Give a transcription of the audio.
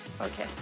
okay